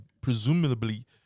presumably